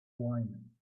wine